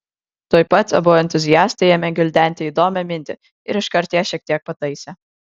tuoj pat abu entuziastai ėmė gvildenti įdomią mintį ir iškart ją šiek tiek pataisė